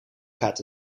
gaat